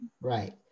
Right